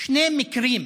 שני מקרים,